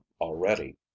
already